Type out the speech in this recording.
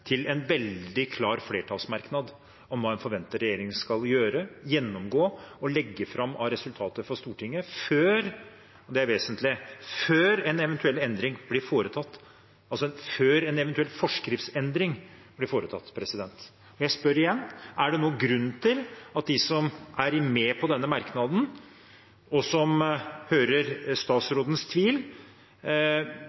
til en veldig klar flertallsmerknad om hva man forventer at regjeringen skal gjøre: gjennomgå og legge fram resultater for Stortinget før – og det er vesentlig – en eventuell forskriftsendring blir foretatt. Jeg spør igjen: Er det noen grunn til at statsråden vil oppfordre dem som er med på denne merknaden, og som hører